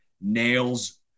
Nails